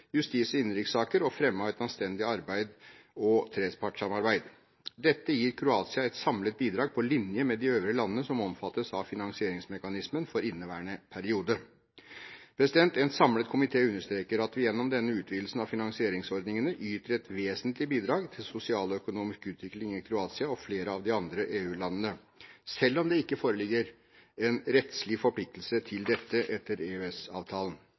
justis- og innenrikssaker og fremme av anstendig arbeid og trepartssamarbeid. Dette gir Kroatia et samlet bidrag på linje med de øvrige landene som omfattes av finansieringsmekanismen for inneværende periode. En samlet komité understreker at vi gjennom denne utvidelsen av finansieringsordningene yter et vesentlig bidrag til sosial og økonomisk utvikling i Kroatia og flere av de andre EU-landene, selv om det ikke foreligger en rettslig forpliktelse til dette etter